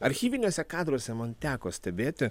archyviniuose kadruose man teko stebėti